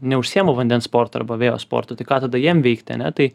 neužsiima vandens sportu arba vėjo sportu tai ką tada jiem veikti ne tai